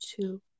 two